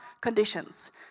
conditions